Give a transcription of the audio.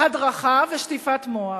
הדרכה ושטיפת מוח.